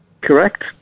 Correct